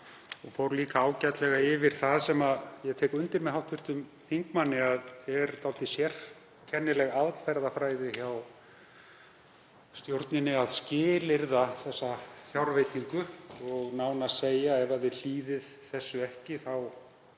fór líka ágætlega yfir það sem ég tek undir með hv. þingmanni að er dálítið sérkennileg aðferðafræði hjá stjórninni, að skilyrða þessa fjárveitingu og nánast segja: Ef þið hlýðið þessu ekki þá